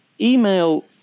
email